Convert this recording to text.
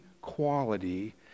quality